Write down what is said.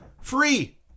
Free